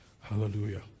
Hallelujah